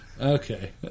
okay